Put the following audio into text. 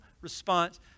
response